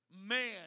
Man